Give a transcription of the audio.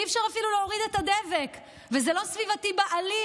ואפילו אי-אפשר להוריד את הדבק וזה לא סביבתי בעליל,